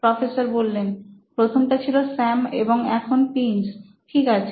professor প্রথমটা ছিল Sam আর এখন প্রিন্স ঠিক আছে